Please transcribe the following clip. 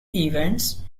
events